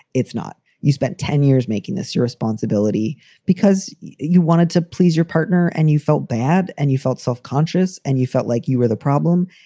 if not, you spent ten years making this your responsibility because you wanted to please your partner and you felt bad and you felt self-conscious and you felt like you were the problem.